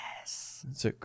Yes